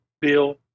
Bill